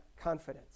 confidence